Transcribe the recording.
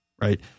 right